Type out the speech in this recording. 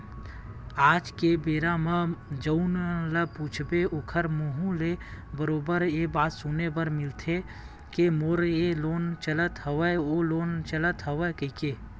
आज के बेरा म जउन ल पूछबे ओखर मुहूँ ले बरोबर ये बात सुने बर मिलथेचे के मोर ये लोन चलत हवय ओ लोन चलत हवय कहिके